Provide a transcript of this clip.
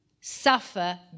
suffer